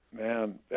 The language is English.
Man